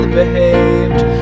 behaved